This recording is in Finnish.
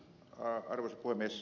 arvoisa puhemies